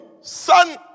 Son